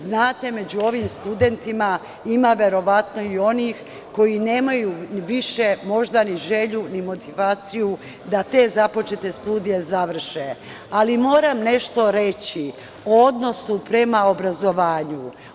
Znate, među ovim studentima ima verovatno i onih koji nemaju više možda ni želju, ni motivaciju da te započete studije završe, ali moram nešto reći o odnosu prema obrazovanju.